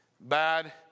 bad